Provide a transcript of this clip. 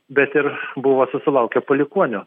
bet ir buvo susilaukę palikuonių